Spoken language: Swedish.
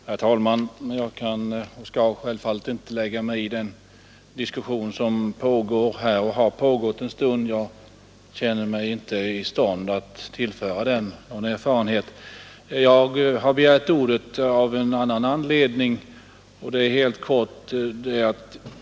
Herr talman! Jag skall inte lägga mig i den diskussion som har pågått en stund. Jag har begärt ordet av en annan anledning.